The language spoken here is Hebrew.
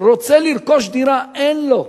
רוצה לרכוש דירה, אין לו,